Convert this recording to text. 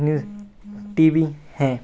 news T V हैं